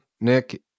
Nick